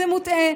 זה מוטעה.